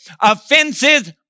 Offenses